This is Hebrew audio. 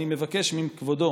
אני מבקש מכבודו